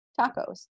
Tacos